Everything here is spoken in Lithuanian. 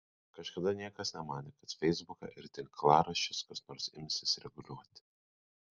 kažkada niekas nemanė kad feisbuką ir tinklaraščius kas nors imsis reguliuoti